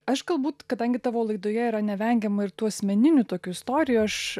aš galbūt kadangi tavo laidoje yra nevengiama ir tų asmeninių tokių istorijų aš